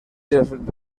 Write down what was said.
dels